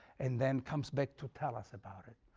and then comes back to tell us about it.